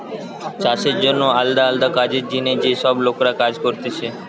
চাষের জন্যে আলদা আলদা কাজের জিনে যে সব লোকরা কাজ করতিছে